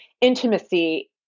intimacy